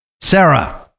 Sarah